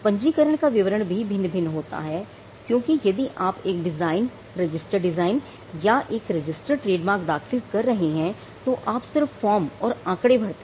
पंजीकरण का विवरण भी भिन्न भिन्न होता है क्योंकि यदि आप एक डिजाइन रजिस्टर डिजाइन या एक रजिस्टर ट्रेडमार्क दाखिल कर रहे हैं तो आप सिर्फ फॉर्म और आंकड़े भरते हैं